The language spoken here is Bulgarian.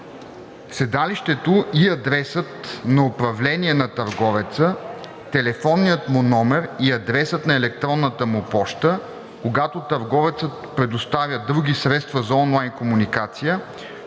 седалището и адресът на управление на търговеца, телефонният му номер и адресът на електронната му поща; когато търговецът предоставя други средства за онлайн комуникация,